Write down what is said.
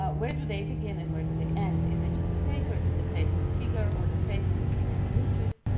ah where do they begin and where do they end? is it just a face, or is it the face in the figure, or the face in the figure and the niches,